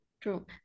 True